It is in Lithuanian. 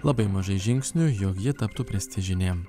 labai mažai žingsnių jog ji taptų prestižinė